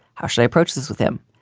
how should i approach this with him?